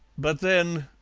but then,